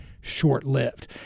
short-lived